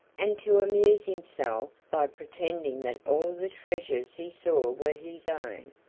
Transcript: and to amuse himself by pretending that all the treasures he saw were his own,